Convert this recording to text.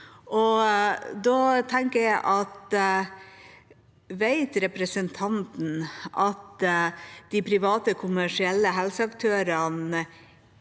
Da tenker jeg: Vet representanten at de private kommersielle helseaktørene